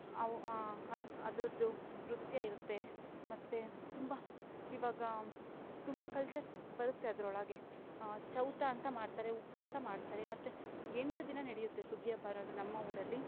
ಅವು ಹದ ಅದರದ್ದು ನೃತ್ಯ ಇರುತ್ತೆ ಮತ್ತು ತುಂಬ ಇವಾಗ ತುಂಬ ಕಲ್ಚರ್ಸ್ ಬರುತ್ತೆ ಅದರೊಳಗೆ ಚೌತ ಅಂತ ಮಾಡ್ತಾರೆ ಉಪವಾಸ ಮಾಡ್ತಾರೆ ಮತ್ತು ಎಂಟು ದಿನ ನಡೆಯುತ್ತೆ ಸುಗ್ಗಿ ಹಬ್ಬ ಅನ್ನೋದು ನಮ್ಮ ಊರಲ್ಲಿ